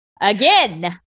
again